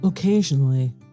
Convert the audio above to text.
Occasionally